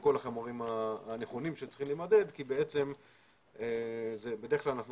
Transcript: כל החומרים הנכונים שצריכים להימדד כי בעצם בדרך כלל אנחנו